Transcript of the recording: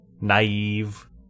naive